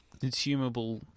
consumable